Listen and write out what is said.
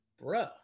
bro